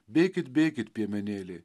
bėkit bėkit piemenėliai